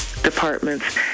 departments